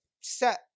Set